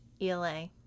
ELA